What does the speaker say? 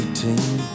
18